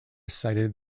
cited